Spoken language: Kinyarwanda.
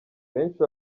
benshi